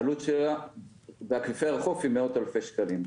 העלות שלה באקוויפר החוף היא מאות אלפי שקלים.